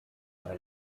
bei